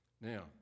Now